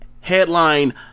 headline